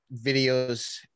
videos